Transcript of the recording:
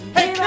Hey